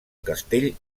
castell